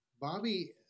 Bobby